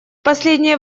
последнее